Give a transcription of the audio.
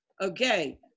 Okay